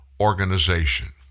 organization